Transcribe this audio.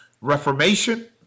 reformation